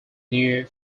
near